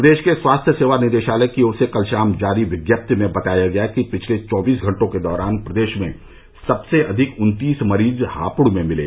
प्रदेश के स्वास्थ्य सेवा निदेशालय की ओर से कल शाम जारी विज्ञप्ति में बताया गया कि पिछले चौबीस घंटों के दौरान प्रदेश में सबसे अधिक उन्तीस मरीज हापुड़ में मिले